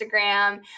Instagram